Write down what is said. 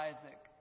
Isaac